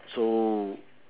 so